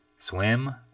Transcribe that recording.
Swim